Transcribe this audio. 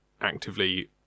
actively